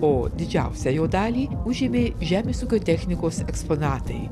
o didžiausią jo dalį užėmė žemės ūkio technikos eksponatai